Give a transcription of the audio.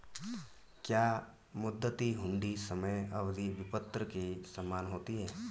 क्या मुद्दती हुंडी समय अवधि विपत्र के समान होती है?